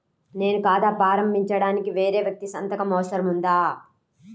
నేను ఖాతా ప్రారంభించటానికి వేరే వ్యక్తి సంతకం అవసరం ఉందా?